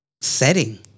setting